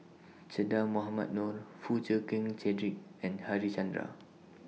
Che Dah Mohamed Noor Foo Chee Keng Cedric and Harichandra